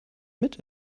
mit